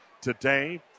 today